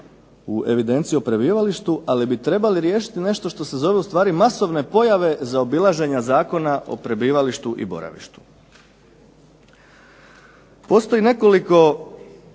u evidenciji o prebivalištu. Ali bi trebali riješiti nešto što se zove u stvari masovne pojave zaobilaženja zakona o prebivalištu i boravištu. Postoji nekoliko